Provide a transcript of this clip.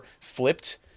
flipped